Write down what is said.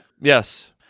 Yes